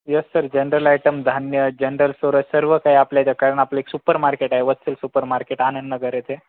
yes sir general item धान्य general product सर्व काही आपल्याच्या कारण आपलं एक सुपर मार्केट आहे वत्सल सुपर मार्केट आनंदनगर येथे